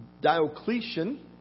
Diocletian